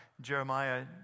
Jeremiah